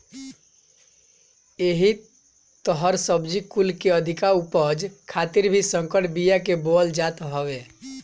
एही तहर सब्जी कुल के अधिका उपज खातिर भी संकर बिया के बोअल जात हवे